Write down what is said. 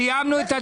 הישיבה נעולה.